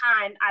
time